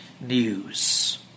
news